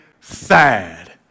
sad